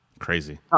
crazy